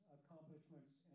accomplishments